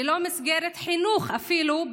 ללא מסגרת חינוך אפילו,